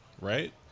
right